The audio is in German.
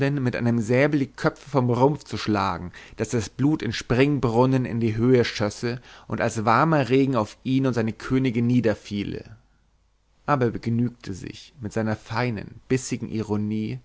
mit einem säbel die köpfe vom rumpf zu schlagen daß das blut in springbrunnen in die höhe schösse und als warmer regen auf ihn und seine königin niederfiele aber er begnügte sich mit einer feinen bissigen ironie